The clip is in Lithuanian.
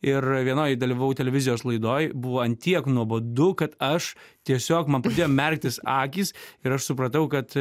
ir vienoj dalyvavau televizijos laidoj buvo ant tiek nuobodu kad aš tiesiog man pradėjo merktis akys ir aš supratau kad